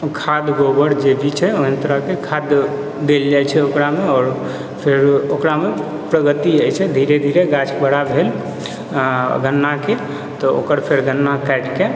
खाद गोबर जे भी छै ओहेन तरहके देल जाइ छै ओकरामे फेर ओकरामे प्रगति हैय छै धीरे धीरे गाछ बड़ा भेल गन्नाके तऽ ओकर फेर गन्ना काटिके